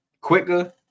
quicker